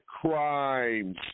crimes